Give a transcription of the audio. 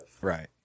Right